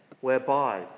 whereby